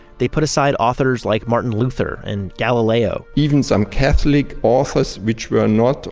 they put aside authors like martin luther and galileo even some catholic authors which were not